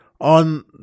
on